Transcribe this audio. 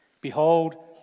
Behold